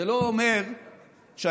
זה לא אומר שאנחנו,